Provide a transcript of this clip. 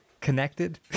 connected